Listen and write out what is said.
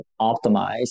optimize